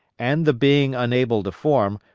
and the being unable to form,